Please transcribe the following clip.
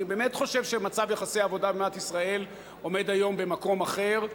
אני באמת חושב שמצב יחסי העבודה במדינת ישראל עומד היום במקום אחר,